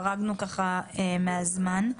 חרגנו ממסגרת הזמן,